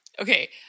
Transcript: Okay